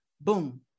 Boom